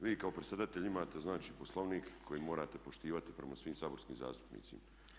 Vi kao predsjedatelj imate, znači Poslovnik koji morate poštivati prema svim saborskim zastupnicima.